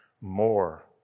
more